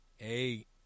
eight